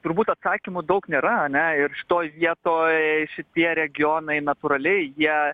turbūt atsakymų daug nėra ane ir šitoj vietoj šitie regionai natūraliai jie